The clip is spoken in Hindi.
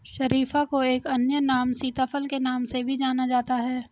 शरीफा को एक अन्य नाम सीताफल के नाम से भी जाना जाता है